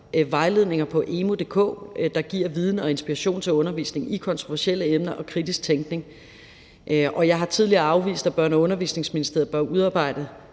vejledninger på emu.dk, der giver viden og inspiration til undervisning i kontroversielle emner og kritisk tænkning. Jeg har tidligere afvist, at Børne- og Undervisningsministeriet bør udarbejde